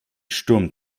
sturm